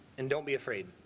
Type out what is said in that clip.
and don't be afraid.